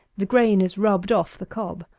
the grain is rubbed off the cob.